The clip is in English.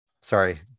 Sorry